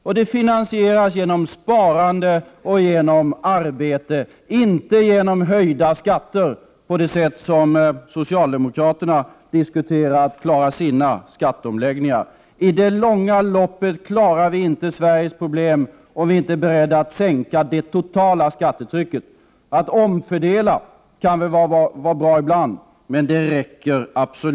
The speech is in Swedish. Det skall finansieras genom sparande och genom arbete, inte genom höjda skatter på det sätt som socialdemokraterna har diskuterat för att klara sina skatteomläggningar. I det långa loppet kommer vi inte att klara Sveriges problem om vi inte är beredda att sänka det totala skattetrycket. Att omfördela kan väl vara bra ibland, men det räcker inte.